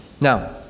Now